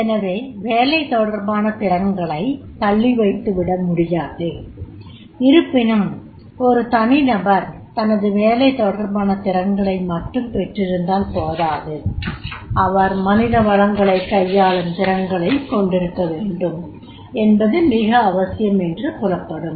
எனவே வேலை தொடர்பான திறன்களைத் தள்ளிவைத்துவிட முடியாது இருப்பினும் ஒரு தனி நபர் தனது வேலை தொடர்பான திறன்களை மட்டும் பெற்றிருந்தால் போதாது அவர் மனித வளங்களைக் கையாளும் திரன்களையும் கொண்டிருக்கவேண்டும் என்பது மிக அவசியம் என்று புலப்படும்